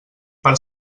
per